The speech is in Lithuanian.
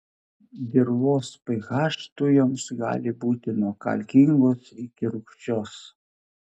dirvos ph tujoms gali būti nuo kalkingos iki rūgščios